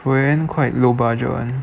roanne quite low budget [one]